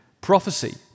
prophecy